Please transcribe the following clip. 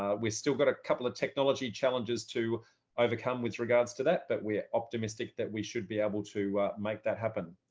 ah we still got a couple of technology challenges to overcome with regards to that. but we're optimistic that we should be able to make that happen.